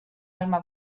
alma